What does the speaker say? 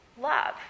love